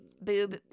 boob